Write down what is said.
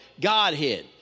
Godhead